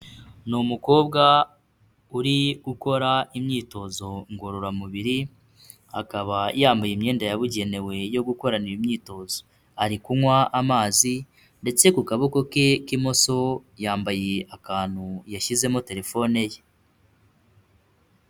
Ni umukobwa uri gukora imyitozo ngororamubiri akaba yambaye imyenda yabugenewe yo gukorana imyitozo, ari kunywa amazi ndetse ku kaboko ke k'imoso yambaye akantu yashyizemo telefone ye.